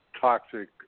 toxic